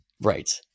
Right